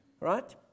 Right